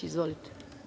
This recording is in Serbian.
Izvolite.